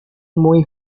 muy